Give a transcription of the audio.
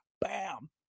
Bam